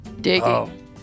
digging